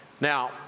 Now